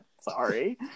Sorry